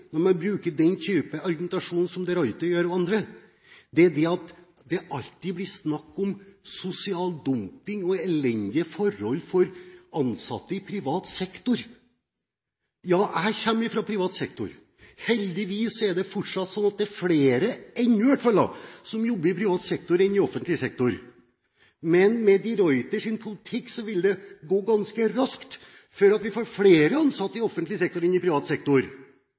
når man bruker den typen argumentasjon som de Ruiter og andre gjør, er at det alltid blir snakk om sosial dumping og elendige forhold for ansatte i privat sektor. Jeg kommer fra privat sektor. Heldigvis er det fortsatt sånn at det er flere – i hvert fall ennå – som jobber i privat sektor enn i offentlig sektor. Men med de Ruiters politikk vil det gå ganske raskt til vi får flere ansatte i offentlig enn i privat sektor.